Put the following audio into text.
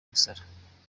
gusara